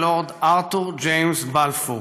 הלורד ארתור ג'יימס בלפור,